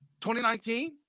2019